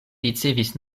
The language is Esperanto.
ricevis